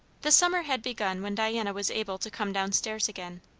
the summer had begun when diana was able to come down-stairs again.